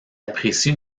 apprécie